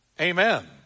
Amen